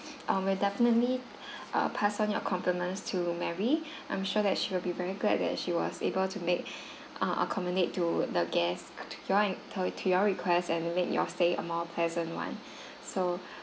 um we'll definitely uh pass on your compliments to mary I'm sure that she will be very glad that she was able to make uh accommodate to the guest to your to your request and make your stay a more pleasant [one] so